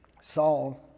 Saul